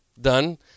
done